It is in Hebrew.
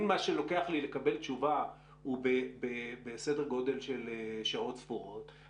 אם מה שלוקח לי לקבל תשובה הוא בסדר גודל של שעות ספורות,